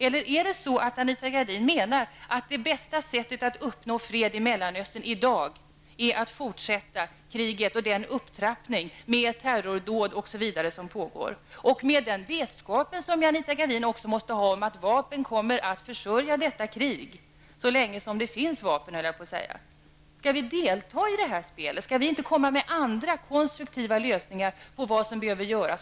Menar Anita Gradin att det bästa sättet att uppnå fred i Mellanöstern i dag är att fortsätta kriget och den upptrappning med terrordåd osv. som pågår? Anita Gradin måste ha vetskapen att vapen kommer att försörja detta krig så länge som det finns vapen, höll jag på att säga. Skall vi delta i det spelet? Skall vi inte komma med andra konstruktiva lösningar på vad som behöver göras?